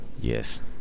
Yes